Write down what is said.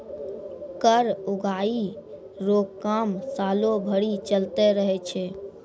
कर उगाही रो काम सालो भरी चलते रहै छै